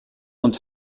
und